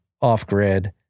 off-grid